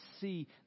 see